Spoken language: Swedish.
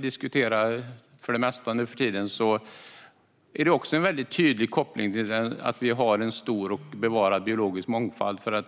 diskuterar vi mest hela tiden. Här finns också en tydlig koppling till att ha en väl bevarad mångfald.